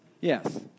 Yes